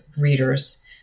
readers